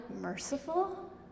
merciful